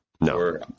No